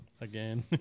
again